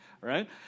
right